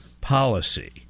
policy